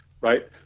right